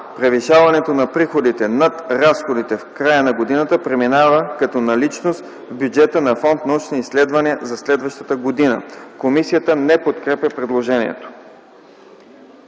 Превишаването на приходите над разходите в края на годината преминава като наличност в бюджета на фонд „Научни изследвания” за следващата година.” Комисията не подкрепя предложението.